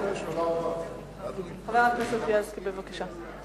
חבר הכנסת בילסקי, בבקשה.